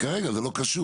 כי כרגע זה לא קשור.